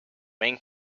main